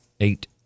Eight